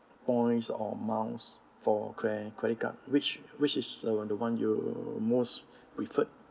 points or amounts for cre~ credit card which which is uh the one you most preferred